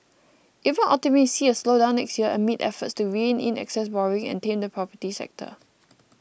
even optimists see a slowdown next year amid efforts to rein in excess borrowing and tame the property sector